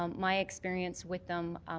um my experience with them,